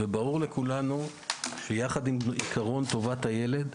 ברור לכולנו שיחד עם עיקרון טובת הילד,